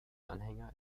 anhänger